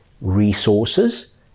resources